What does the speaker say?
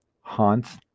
haunts